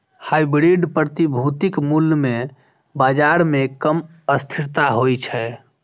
hybrid प्रतिभूतिक मूल्य मे बाजार मे कम अस्थिरता होइ छै